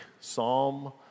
Psalm